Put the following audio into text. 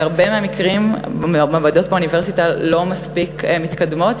בהרבה מקרים המעבדות באוניברסיטה לא מספיק מתקדמות,